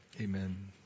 Amen